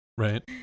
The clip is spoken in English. Right